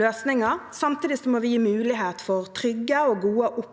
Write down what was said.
løsninger. Samtidig må vi gi mulighet for et trygt og godt opphold